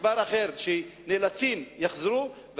ומספר אחר שנאלצים לנסוע יחזרו,